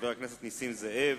חבר הכנסת נסים זאב,